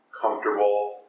comfortable